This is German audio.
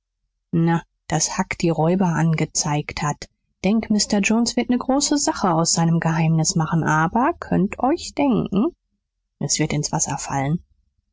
na daß huck die räuber angezeigt hat denk mr jones wird ne große sache aus seinem geheimnis machen aber könnt euch denken s wird ins wasser fallen